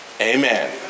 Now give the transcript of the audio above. Amen